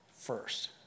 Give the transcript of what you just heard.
first